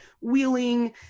wheeling